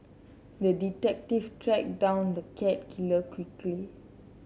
the detective tracked down the cat killer quickly